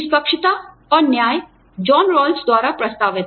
निष्पक्षता और न्याय जॉन रॉल्स द्वारा प्रस्तावित